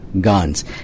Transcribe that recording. guns